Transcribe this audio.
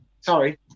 sorry